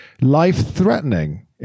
life-threatening